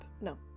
no